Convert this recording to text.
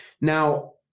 Now